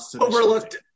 overlooked